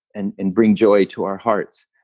and and bring joy to our hearts.